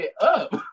up